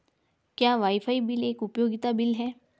क्या wifi bill एक उपयोगिता बिल है?